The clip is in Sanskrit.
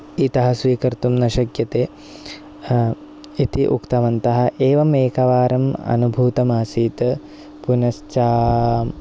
इतः स्वीकर्तुं न शकते इति उक्तवन्तः एवमेकवारम् अनुभूतमासीत् पुनश्च